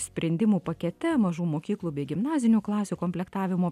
sprendimų pakete mažų mokyklų bei gimnazinių klasių komplektavimo